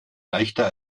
leichter